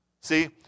See